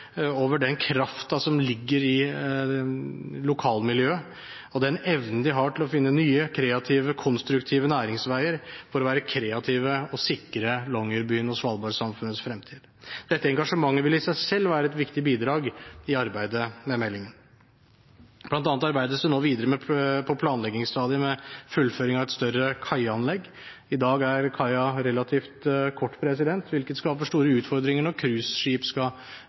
over den kraften som ligger i lokalmiljøet, og den evnen de har til å finne nye, kreative og konstruktive næringsveier – for å være kreative og sikre Longyearbyen og svalbardsamfunnenes fremtid. Dette engasjementet vil i seg selv være et viktig bidrag i arbeidet med meldingen. Blant annet arbeides det nå videre på planleggingsstadiet med fullføring av et større kaianlegg. I dag er kaia relativt kort, hvilket skaper store utfordringer når